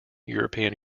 european